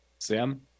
Sam